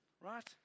right